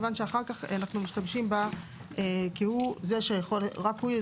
כיוון שאחר כך אנחנו משתמשים בה כי רק הוא זה